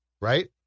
right